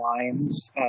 lines